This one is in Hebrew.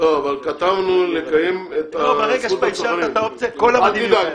כתבנו לקיים --- אל תדאג,